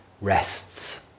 rests